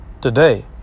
Today